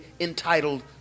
entitled